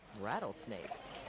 rattlesnakes